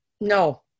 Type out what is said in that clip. no